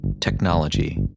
Technology